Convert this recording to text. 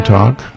Talk